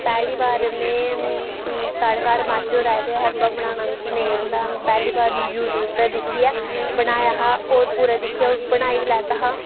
पैह्ली बार में साढ़े घर मासी होर आए दे हे हलवा बनाना मिगी नेईं औंदा हा ते में यूट्यूब परा दिक्खियै बनाया हा होर पूरा दिक्खियै बनाई बी लैता हा